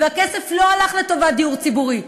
והכסף לא הלך לטובת דיור ציבורי.